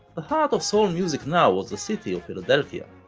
the heart of soul music now was the city of philadelphia,